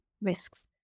risks